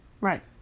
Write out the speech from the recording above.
Right